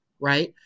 right